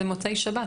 במוצאי שבת,